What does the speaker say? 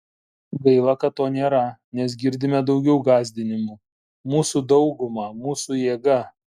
gaila kad to nėra nes girdime daugiau gąsdinimų mūsų dauguma mūsų jėga